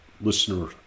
listener